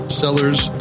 seller's